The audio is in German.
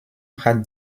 hat